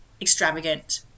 extravagant